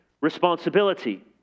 responsibility